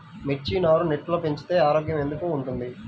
మిర్చి నారు నెట్లో పెంచితే ఆరోగ్యంగా ఎందుకు ఉంటుంది?